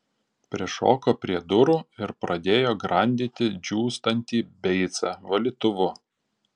prišoko prie durų ir pradėjo grandyti džiūstantį beicą valytuvu